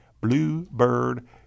Bluebird